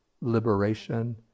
liberation